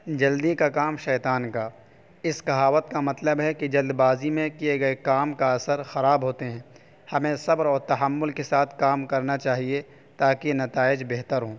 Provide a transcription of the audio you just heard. جلدی کا کام شیطان کا اس کہاوت کا مطلب ہے کہ جلد بازی میں کیے گئے کام کا اثر خراب ہوتے ہیں ہمیں صبر اور تحمل کے ساتھ کام کرنا چاہیے تاکہ نتائج بہتر ہوں